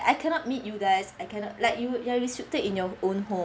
I cannot meet you guys I cannot like you you are restricted in your own home